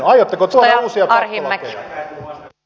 aiotteko tuoda uusia pakkolakeja